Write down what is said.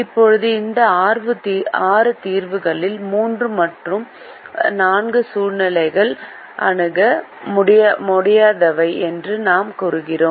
இப்போது இந்த 6 தீர்வுகளில் 3 மற்றும் 4 சூழ்நிலைகள் அணுக முடியாதவை என்றும் நாம் கூறினோம்